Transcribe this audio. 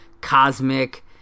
cosmic